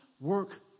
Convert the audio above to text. work